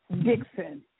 Dixon